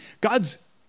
God's